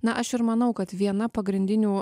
na aš ir manau kad viena pagrindinių